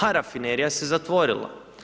A rafinerija se zatvorila.